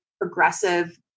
progressive